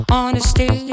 Honesty